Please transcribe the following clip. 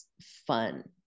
fun